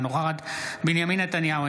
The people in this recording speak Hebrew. אינה נוכחת בנימין נתניהו,